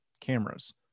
cameras